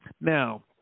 Now